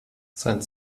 sein